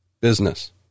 business